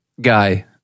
guy